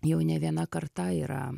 jau ne viena karta yra